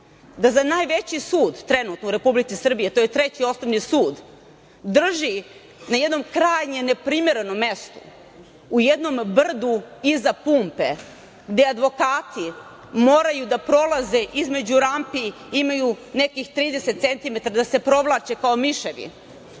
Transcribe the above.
da se najveći sud trenutno u Republici Srbiji, a to je Treći osnovni sud, drži na jednom krajnje neprimerenom mestu, u jednom brdu iza pumpe, gde advokati moraju da prolaze između rampi, imaju nekih 30 centimetara da se provlače kao miševi?